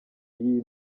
y’iyi